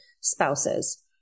Spouses